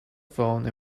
phone